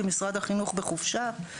כי משרד החינוך בחופשה.